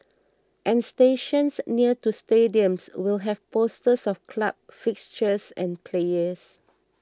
and stations near to stadiums will have posters of club fixtures and players